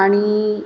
आणि